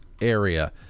area